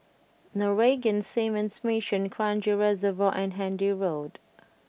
Norwegian Seamen's Mission Kranji Reservoir and Handy Road